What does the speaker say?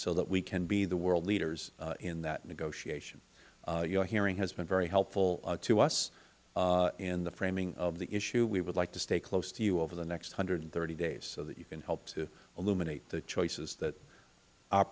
so that we can be the world leaders in that negotiation your hearing has been very helpful to us in the framing of the issue we would like to stay close to you over the next one hundred and thirty days so that you can help to illuminate the choices that our